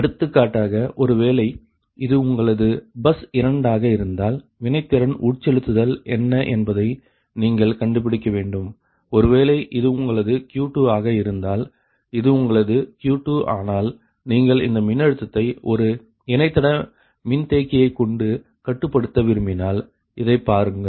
எடுத்துக்காட்டாக ஒருவேளை இது உங்களது பஸ் 2 ஆக இருந்தால் வினைத்திறன் உட்செலுத்தல் என்ன என்பதை நீங்கள் கண்டுபிடிக்க வேண்டும் ஒருவேளை இது உங்களது Q2ஆக இருந்தால் இது உங்களது Q2 ஆனால் நீங்கள் இந்த மின்னழுத்தத்தை ஒரு இணைத்தட மின்தேக்கியைக் கொண்டு கட்டுப்படுத்த விரும்பினால் இதை பாருங்கள்